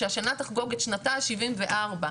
שהשנה תחגוג את שנתה השבעים וארבע,